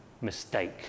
mistake